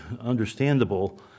understandable